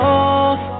off